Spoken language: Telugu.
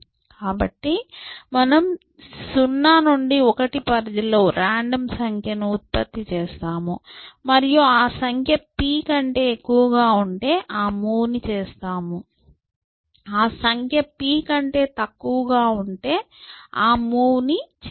కాబట్టి మనము 0 నుండి 1 పరిధిలో రాండమ్ సంఖ్యను ఉత్పత్తి చేస్తాము మరియు ఆ సంఖ్య p కంటే ఎక్కువగా ఉంటే ఆ మూవ్ని చేస్తాము ఆ సంఖ్య p కంటే తక్కువగా ఉంటే ఆ మూవ్ ని చేయము